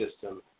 system